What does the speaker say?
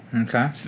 Okay